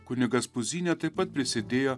kunigas puzynė taip pat prisidėjo